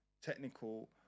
Technical